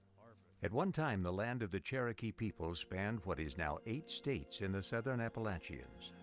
at one time, the land of the cherokee people spanned what is now eight states in the southern appalachians,